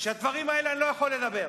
שעל הדברים האלה אני לא יכול לדבר.